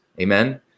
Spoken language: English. Amen